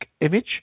image